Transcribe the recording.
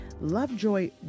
Lovejoy